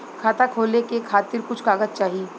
खाता खोले के खातिर कुछ कागज चाही?